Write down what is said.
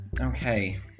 Okay